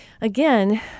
Again